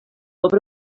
obre